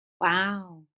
Wow